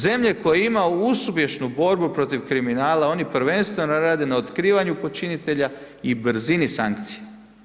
Zemlja koja ima uspješnu borbu protiv kriminala oni prvenstveno rade na otkrivanju počinitelja i brzini sankcija.